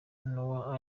noah